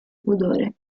pudore